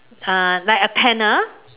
uh like a panel